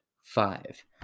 five